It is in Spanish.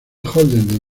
holden